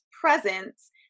presence